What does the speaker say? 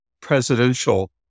presidential